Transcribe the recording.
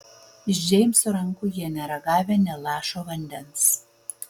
iš džeimso rankų jie nėra gavę nė lašo vandens